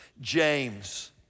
James